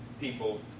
people